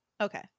Okay